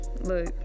look